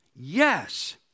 yes